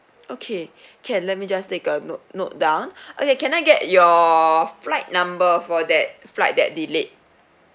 okay can let me just take a note note down okay can I get your flight number for that flight that delayed